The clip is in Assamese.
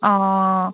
অঁ